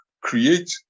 create